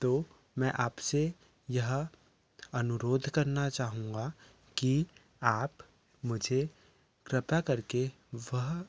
तो मैं आपसे यह अनुरोध करना चाहूँगा कि आप मुझे कृपया करके वह